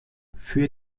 für